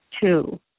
two